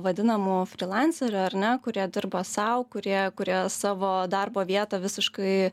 vadinamų frilancerių ar ne kurie dirba sau kurie kurie savo darbo vietą visiškai